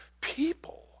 people